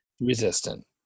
Resistant